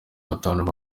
batanu